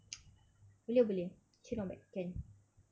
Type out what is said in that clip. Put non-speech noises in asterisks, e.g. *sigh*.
*noise* boleh boleh actually not bad can